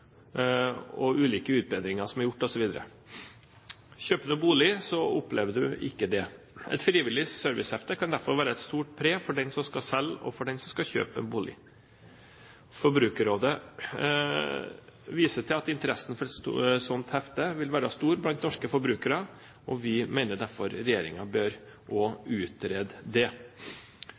bilen, ulike utbedringer som er gjort osv. Kjøper du en bolig, opplever du ikke det. Et frivillig servicehefte kan derfor være et stort pre for den som skal selge, og for den som skal kjøpe en bolig. Forbrukerrådet viser til at interessen for et slikt hefte vil være stor hos norske forbrukere. Vi mener derfor at regjeringen også bør utrede det.